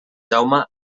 jaume